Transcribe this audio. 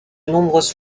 nombreuses